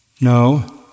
No